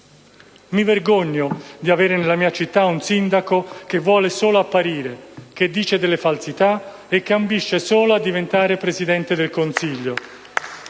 Mi vergogno di avere nella mia città un sindaco che vuole solo apparire, che dice delle falsità e che ambisce solo a diventare Presidente del Consiglio.